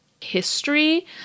history